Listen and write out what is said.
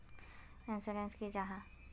Insurance की जाहा?